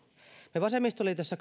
me vasemmistoliitossa